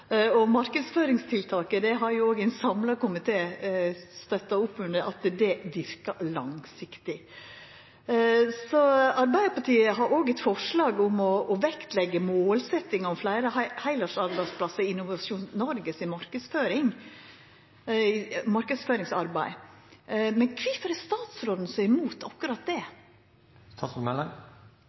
og ein samla komité har jo òg støtta opp under at marknadsføringstiltaket verkar langsiktig. Arbeidarpartiet har òg eit forslag om å vektleggja ei målsetjing om fleire heilårsarbeidsplassar i Innovasjon Norges marknadsføringsarbeid. Men kvifor er statsråden så imot akkurat det?